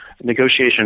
negotiation